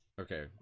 Okay